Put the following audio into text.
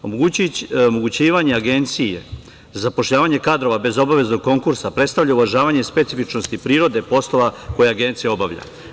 Omogućivanje Agencije za zapošljavanje kadrova bez obaveznog konkursa predstavlja uvažavanje specifičnosti prirode poslova koje Agencija obavlja.